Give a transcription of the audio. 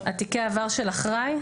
על תיקי העבר של אחראי?